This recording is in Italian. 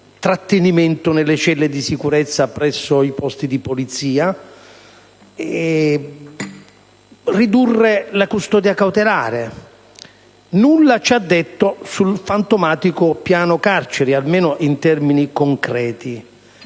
trattenimento nelle celle di sicurezza presso i posti di polizia e riduzione della custodia cautelare. Nulla ci ha detto sul fantomatico piano carceri, almeno in termini concreti.